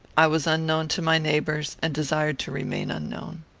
i was unknown to my neighbours, and desired to remain unknown.